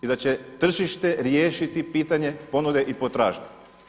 I da će tržište riješiti pitanje ponude i potražnje.